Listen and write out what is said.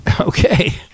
okay